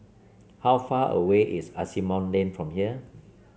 how far away is Asimont Lane from here